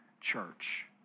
church